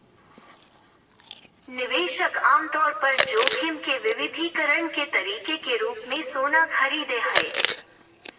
निवेशक आमतौर पर जोखिम के विविधीकरण के तरीके के रूप मे सोना खरीदय हय